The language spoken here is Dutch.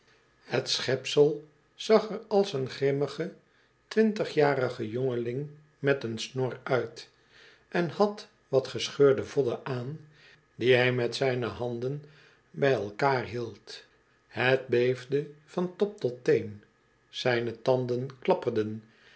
het schepsel zag er als een grimmige twintigjarige jongeling met een snor uit en had wat gescheurde vodden aan die hij met zijne handen bij elkaar hield het beefde van top tot teen zijne tanden klapperden